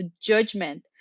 judgment